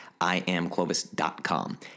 iamclovis.com